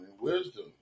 Wisdom